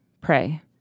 Pray